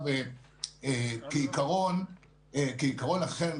כעיקרון אחר,